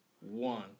one